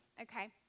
okay